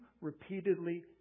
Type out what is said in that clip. repeatedly